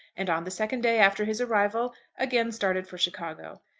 and on the second day after his arrival, again started for chicago.